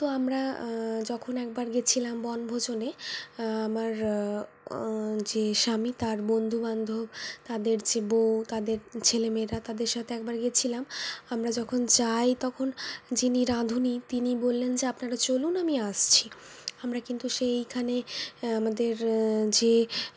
তো আমরা যখন একবার গেছিলাম বনভোজনে আমার যে স্বামী তার বন্ধুবান্ধব তাদের যে বউ তাদের ছেলেমেয়েরা তাদের সাথে একবার গেছিলাম আমরা যখন যাই তখন যিনি রাঁধুনি তিনি বললেন যে আপনারা চলুন আমি আসছি আমরা কিন্তু সেইখানে আমাদের যে